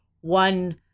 one